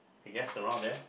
I guess around there